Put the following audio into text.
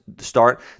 start